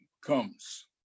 comes